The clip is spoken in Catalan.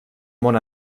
món